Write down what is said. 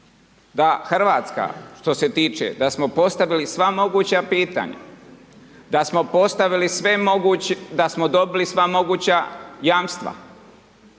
da Hrvatska, što se tiče, da smo postavili sva moguća pitanja, da smo dobili sva moguća jamstva,